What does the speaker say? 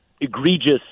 egregious